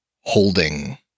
holding